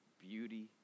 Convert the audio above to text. beauty